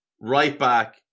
Right-back